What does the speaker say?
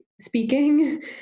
speaking